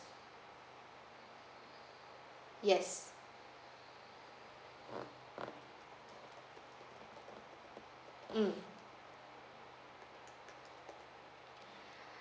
yes mm